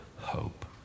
hope